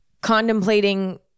contemplating